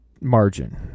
margin